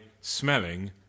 smelling